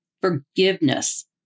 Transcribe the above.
forgiveness